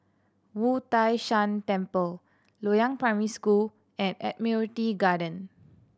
Wu Tai Shan Temple Loyang Primary School and Admiralty Garden